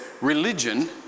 religion